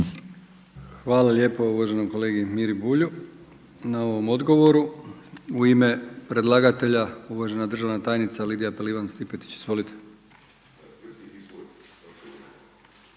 Hvala lijepo uvaženom kolegi Miru Bulju na ovom odgovoru. U ime predlagatelja uvažena državna tajnica Lidija Pelivan Stipetić. Izvolite.